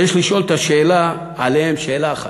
יש לשאול עליהן שאלה אחת: